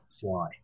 fly